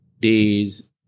days